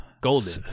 golden